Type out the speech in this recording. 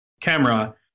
camera